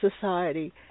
society